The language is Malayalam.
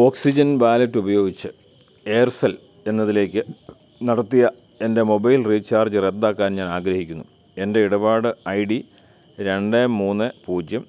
ഓക്സിജൻ വാലറ്റ് ഉപയോഗിച്ച് എയർസെൽ എന്നതിലേക്ക് നടത്തിയ എൻ്റെ മൊബൈൽ റീചാർജ് റദ്ദാക്കാൻ ഞാൻ ആഗ്രഹിക്കുന്നു എൻ്റെ ഇടപാട് ഐ ഡി രണ്ട് മൂന്ന് പൂജ്യം